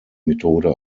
methode